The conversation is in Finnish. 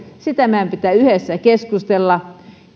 siitä meidän pitää yhdessä keskustella